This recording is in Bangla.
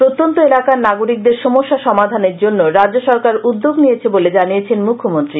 প্রত্যন্ত এলাকার নাগরিকদের সমস্যা সমাধানের জন্য রাজ্য সরকার উদ্যোগ নিয়েছে বলে জানিয়েছেন মুথ্যমন্ত্রী